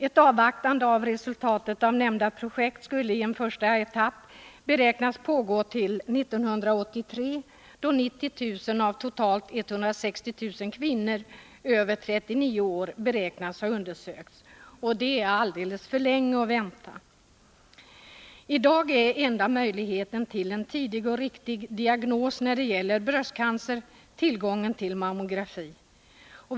Att avvakta resultatet av det nämnda projektet, som i en första etapp beräknas pågå till 1983, då 90 000 av totalt 160 000 kvinnor över 39 år beräknas ha undersökts, är att dröja alldeles för länge. Enda möjligheten till en tidig och riktig diagnos när det gäller bröstcancer är i dag tillgång till mammografi.